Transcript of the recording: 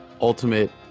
ultimate